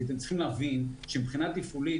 אתם צריכים להבין שמבחינה תפעולית